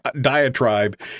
diatribe